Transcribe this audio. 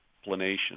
explanation